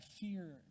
fear